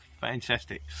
Fantastic